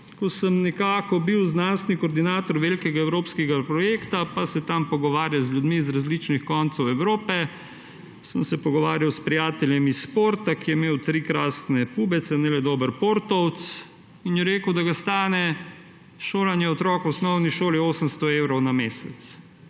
– ker sem bil znanstveni koordinator velikega evropskega projekta pa se tam pogovarjal z ljudmi z različnih koncev Evrope. Pogovarjal sem se s prijateljem iz Porta, ki je imel tri krasne pubece, imel je dober portovec. Rekel je, da ga stane šolanje otroka v osnovni šoli 800 evrov na mesec.